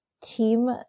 team